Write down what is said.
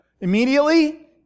immediately